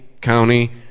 county